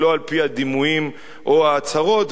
ולא על-פי הדימויים או ההצהרות,